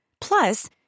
Plus